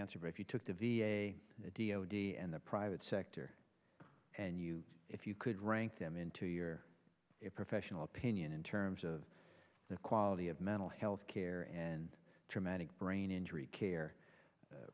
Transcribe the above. answer if you took the v a d o d and the private sector and you if you could rank them into your professional opinion in terms of the quality of mental health care and traumatic brain injury care